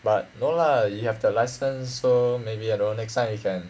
but no lah you have the license so maybe I don't know maybe next time you can